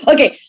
Okay